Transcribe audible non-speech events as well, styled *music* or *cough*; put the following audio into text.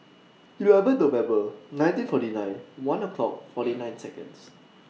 eleven November nineteen forty nine one o'clock forty nine Seconds *noise*